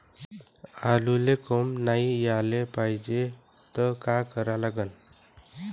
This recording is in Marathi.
आलूले कोंब नाई याले पायजे त का करा लागन?